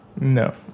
No